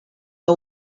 que